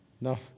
No